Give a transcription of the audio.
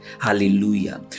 Hallelujah